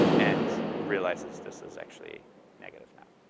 and realizes this is actually negative now.